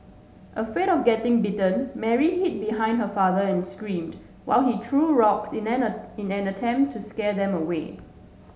afraid of getting bitten Mary hid behind her father and screamed while he threw rocks in in an attempt to scare them away